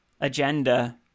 agenda